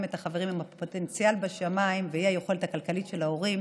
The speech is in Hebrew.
את החברים עם הפוטנציאל בשמיים והאי-יכולת הכלכלית של ההורים